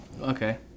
Okay